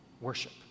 Worship